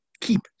keep